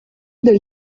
del